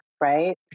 right